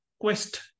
quest